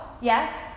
yes